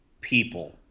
people